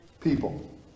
people